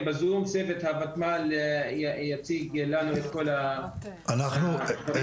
צוות הוותמ"ל יציג לנו את כל --- מישהו